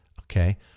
Okay